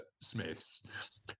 smith's